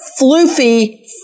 Floofy